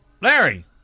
Larry